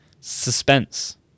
Suspense